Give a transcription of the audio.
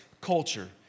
culture